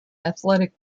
athletic